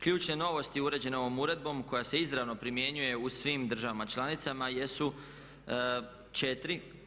Ključne novosti uređene ovom uredbom koja se izravno primjenjuje u svim državama članicama jesu četiri.